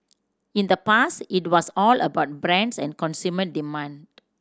in the past it was all about brands and consumer demand